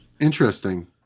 interesting